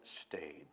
stayed